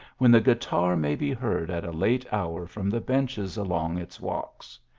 when the guitar may be heard at a late hour from the benches along its walks.